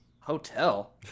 hotel